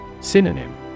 Synonym